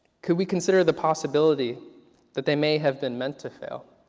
can we consider the possibility that they may have been meant to fail?